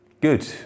Good